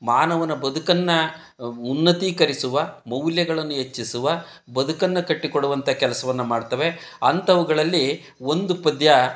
ಮಾನವನ ಬದುಕನ್ನು ಉನ್ನತೀಕರಿಸುವ ಮೌಲ್ಯಗಳನ್ನು ಹೆಚ್ಚಿಸುವ ಬದುಕನ್ನು ಕಟ್ಟಿ ಕೊಡುವಂಥ ಕೆಲಸವನ್ನ ಮಾಡ್ತವೆ ಅಂಥವುಗಳಲ್ಲಿ ಒಂದು ಪದ್ಯ